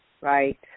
Right